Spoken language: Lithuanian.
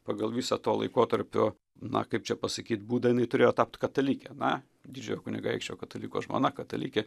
pagal visą to laikotarpio na kaip čia pasakyt būdą jinai turėjo tapt katalikė na didžiojo kunigaikščio kataliko žmona katalikė